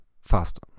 faster